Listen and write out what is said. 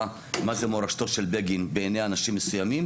מה זה מורשתו של בגין בעיניי אנשים מסוימים